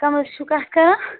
کَم حظ چھُ کَتھ کَران